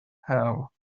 hell